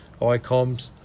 ICOMs